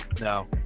No